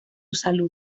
salud